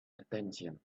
attention